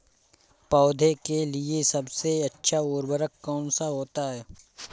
पौधे के लिए सबसे अच्छा उर्वरक कौन सा होता है?